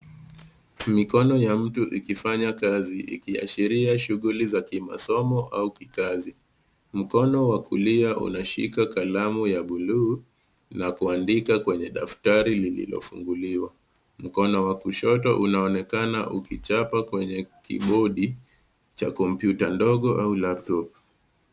Mkono ya mtu ikifanya kazi ikiashiria shughuli za kimasomo au kikazi, mkono wa kulia unashika kalamu ya bluu na kuandika kwenye daftari lililofunguliwa. Mkono wa kushoto unaonekana ukichapa kwenye kibodi cha kompyuta ndogo au Laptop .